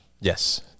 Yes